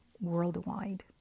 worldwide